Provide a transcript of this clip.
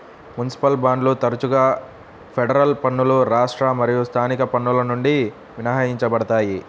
municipal బాండ్లు తరచుగా federal పన్నులు రాష్ట్ర మరియు స్థానిక పన్నుల నుండి మినహాయించబడతాయి